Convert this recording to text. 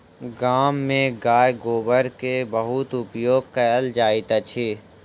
गाम में गाय गोबर के बहुत उपयोग कयल जाइत अछि